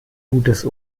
gutes